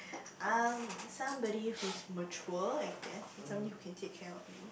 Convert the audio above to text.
um somebody who's mature I guess and somebody who can take care of me